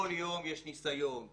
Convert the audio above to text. כל יום יש ניסיון,